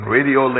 Radio